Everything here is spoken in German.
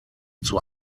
zur